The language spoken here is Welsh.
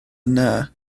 yna